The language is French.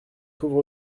pauvre